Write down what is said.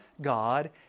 God